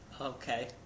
Okay